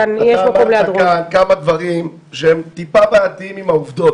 כאן כמה דברים שהם מעט בעיתיים עם העובדות,